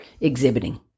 exhibiting